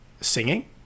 singing